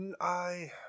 I-